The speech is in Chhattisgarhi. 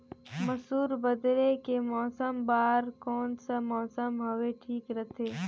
मसुर बदले के फसल बार कोन सा मौसम हवे ठीक रथे?